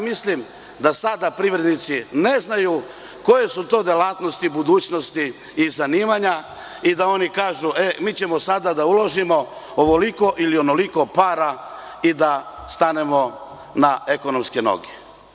Mislim da sada privrednici ne znaju koje su to delatnosti budućnosti i zanimanja i da oni kažu – mi ćemo sada da uložimo ovoliko ili onoliko para i da stanemo na ekonomske noge.